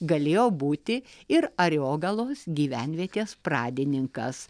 galėjo būti ir ariogalos gyvenvietės pradininkas